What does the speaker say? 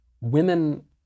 women